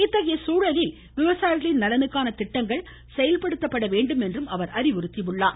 இத்தகைய சூழலில் விவசாயிகளின் நலனுக்கான திட்டங்கள் செயல்படுத்தப்பட வேண்டும் என்றும் அவர் குறிப்பிட்டார்